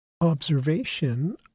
observation